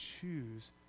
choose